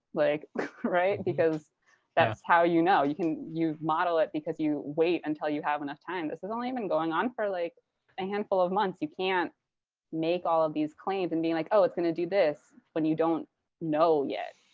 like because that's how you know. you model it, because you wait until you have enough time. this has only been going on for like a handful of months. you can't make all of these claims and be like, oh, it's going to do this when you don't know yet.